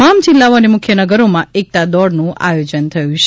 તમામ જિલ્લાઓ અને મુખ્ય નગરોમાં એકતાદોડનું આયોજન થયું છે